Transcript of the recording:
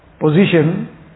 position